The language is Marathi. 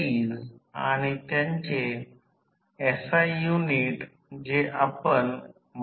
प्राथमिक आणि माध्यमिक वर DC मापन करून आणि AC मूल्यांसाठी योग्यरित्या दुरुस्त करून प्रतिकार वेगळे केले जाऊ शकतात